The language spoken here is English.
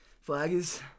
Flaggers